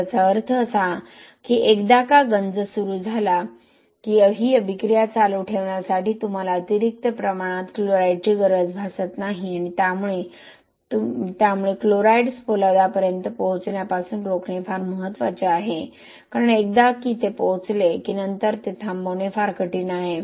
तर याचा अर्थ असा की एकदा का गंज सुरू झाला की ही अभिक्रिया चालू ठेवण्यासाठी तुम्हाला अतिरिक्त प्रमाणात क्लोराईड्सची गरज भासत नाही आणि त्यामुळे क्लोराईड्स पोलादापर्यंत पोहोचण्यापासून रोखणे फार महत्वाचे आहे कारण एकदा ते पोचले की नंतर ते थांबवणे फार कठीण आहे